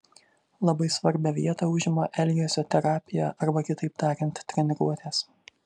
labai svarbią vietą užima elgesio terapija arba kitaip tariant treniruotės